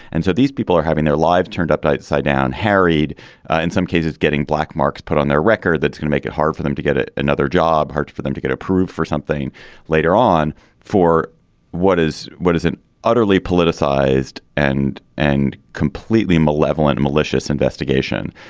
and so these people are having their lives turned up like side down harried in some cases getting black marks put on their record that's gonna make it hard for them to get another job hard for them to get approved for something later on for what is what is an utterly politicized and and completely malevolent malicious investigation.